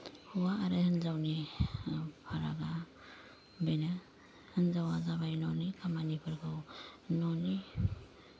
हौवा आरो हिनजावनि फारागा बेनो हिनजावा जाबाय न'नि खामानिफोरखौ न'नि